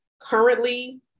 currently